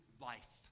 life